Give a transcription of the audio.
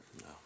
No